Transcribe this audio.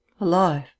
alive